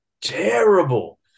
terrible